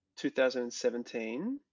2017